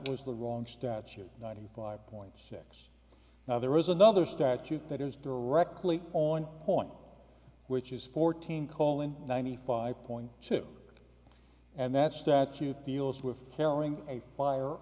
was the wrong statute ninety five point six now there is another statute that is directly on point which is fourteen call in ninety five point two and that statute deals with killing a fire